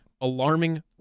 alarming